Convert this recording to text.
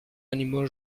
animaux